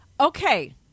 Okay